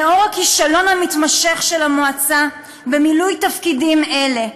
לנוכח הכישלון המתמשך של המועצה במילוי תפקידים אלה,